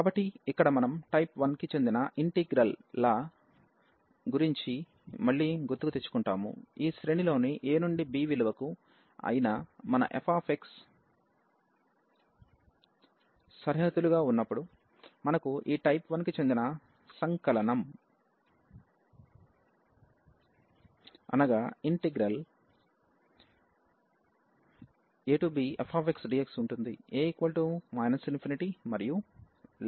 కాబట్టి ఇక్కడ మనం టైప్ 1 కి చెందిన ఇంటిగ్రల్ ల గురించి మళ్ళీ గుర్తుకు తెచ్చుకుంటాము ఈ శ్రేణిలోని a నుండి b విలువకు అయిన మన fxసరిహద్దులుగా ఉన్నప్పుడు మనకు ఈ టైప్ 1 కి చెందిన ఇంటిగ్రల్ abfxdx ఉంటుంది a ∞ మరియు లేదా b∞